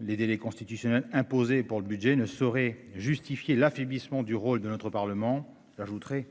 les délais constitutionnels imposés pour le budget ne saurait justifier l'affaiblissement du rôle de notre Parlement. J'ajouterai